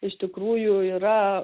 iš tikrųjų yra